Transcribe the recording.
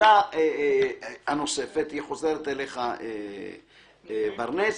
נקודה נוספת, היא חוזרת אליך, ברנס,